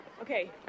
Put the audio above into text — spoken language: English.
Okay